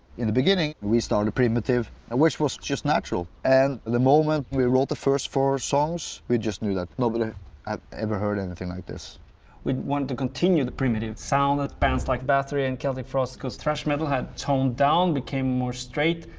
in the beginning, we started primitive which was just natural, and the moment we wrote the first four songs. we just knew that nobody had ever heard anything like this. fenriz we wanted to continue the primitive sounds of bands like bathory and celtic frost, cause thrash metal had toned down, became more straight.